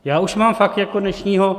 Já už mám fakt jako dnešního...